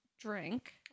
Drink